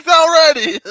already